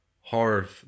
horror